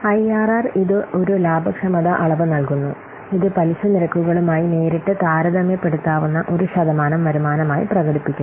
IRR ഇത് ഒരു ലാഭക്ഷമതാ അളവ് നൽകുന്നു ഇത് പലിശ നിരക്കുകളുമായി നേരിട്ട് താരതമ്യപ്പെടുത്താവുന്ന ഒരു ശതമാനം വരുമാനമായി പ്രകടിപ്പിക്കുന്നു